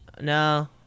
No